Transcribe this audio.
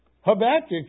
Habakkuk